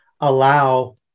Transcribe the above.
allow